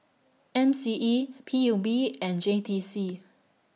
M C E P U B and J T C